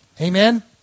Amen